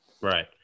right